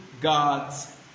God's